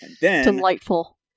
delightful